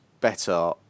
better